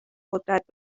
قدرت